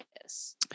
Yes